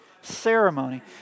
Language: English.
Ceremony